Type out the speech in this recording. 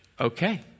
okay